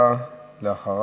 אחריה,